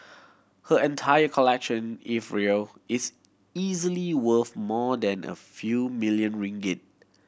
her entire collection if real is easily worth more than a few million ringgit